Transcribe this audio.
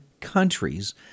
countries